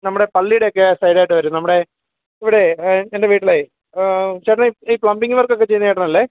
നമ്മുടെ പള്ളിയിടെക്കെ സൈഡായിട്ട് വരും നമ്മുടെ ഇവിടെ എൻ്റെ വീട്ടിലെ ചേട്ടാനെ ഈ ഈ പ്ലംബിംങ്ങ് വർക്കൊക്കെ ചെയ്യുന്ന ചേട്ടനല്ലേ